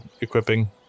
equipping